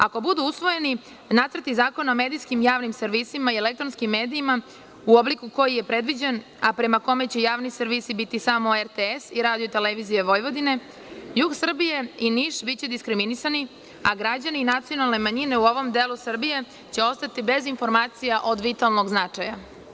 Ako budu usvojeni nacrti zakona o medijskim javnim servisima i elektronskim medijima u obliku koji je predviđen, a prema kome će javni servisi biti samo RTS i RTV, jug Srbije i Niš biće diskriminisani, a građani nacionalne manjine u ovom delu Srbije će ostati bez informacija od vitalnog značaja.